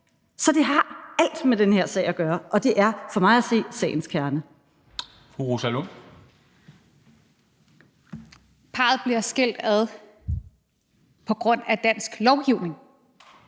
Så det har alt med den her sag at gøre, og det er for mig at se sagens kerne.